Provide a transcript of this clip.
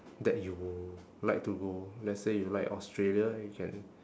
that you like to go let's say you like australia you can